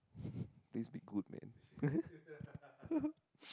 we speak good man